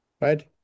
Right